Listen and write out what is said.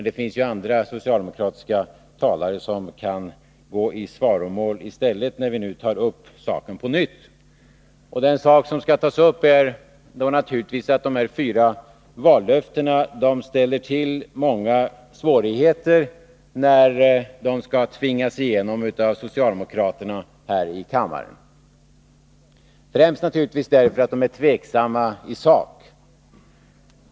Det finns ju andra socialdemokratiska talare som kan gå i svaromål när vi nu tar upp saken på nytt — och den sak som skall tas upp gäller naturligtvis att de fyra vallöftena ställer till många svårigheter när de skall tvingas igenom av socialdemokraterna här i kammaren. Främst beror det naturligtvis på att förslagen är tveksamma i sak.